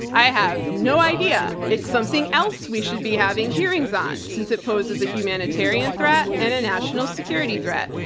i have no idea. it's something else we should be having hearings on since it poses a humanitarian threat and a national security threat.